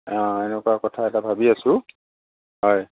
অ' এনেকুৱা কথা এটা ভাবি আছোঁ হয়